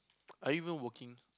are you even working